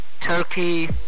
Turkey